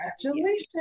Congratulations